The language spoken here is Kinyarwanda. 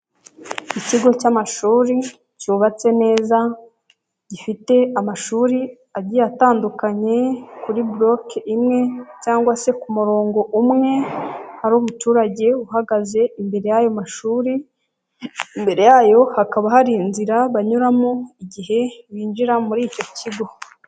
Ikigo cy'amashuri cyubatse neza, gifite amashuri agiye atandukanye kuri broke imwe cyangwa se ku murongo umwe, hari umuturage uhagaze imbere y'ayo mashuri, imbere yayo hakaba hari inzira banyuramo igihe binjira muri icyo kigo.